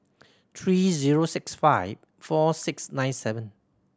three zero six five four six nine seven